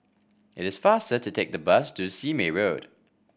it is faster to take the bus to Sime Road